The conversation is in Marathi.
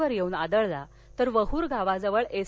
वर येऊन आदळला तर वह्र गावाजवळ एस